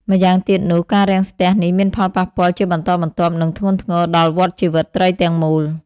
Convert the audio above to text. ម្យ៉ាងទៀតនោះ ការរាំងស្ទះនេះមានផលប៉ះពាល់ជាបន្តបន្ទាប់ និងធ្ងន់ធ្ងរដល់ វដ្តជីវិតត្រីទាំងមូល។